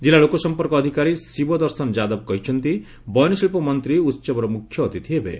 ଜିଲ୍ଲା ଲୋକସମ୍ପର୍କ ଅଧିକାରୀ ଶିବ ଦର୍ଶନ ଯାଦବ କହିଛନ୍ତି ବୟନଶିଳ୍ପ ମନ୍ତ୍ରୀ ଉତ୍ସବର ମୁଖ୍ୟ ଅତିଥି ହେବେ